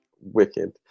Wicked